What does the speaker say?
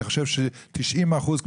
אני חושב ש-90% מהבעיה,